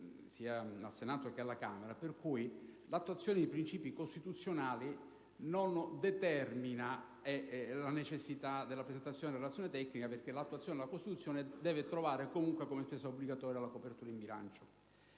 sia al Senato che alla Camera, in virtù dei quali l'attuazione di principi costituzionali non determina la necessità della presentazione della relazione tecnica, perché l'attuazione della Costituzione deve trovare comunque, obbligatoriamente, la copertura in bilancio.